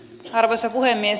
arvoisa puhemies